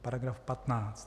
§ 15.